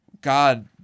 God